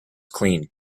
clean